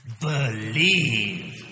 Believe